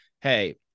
hey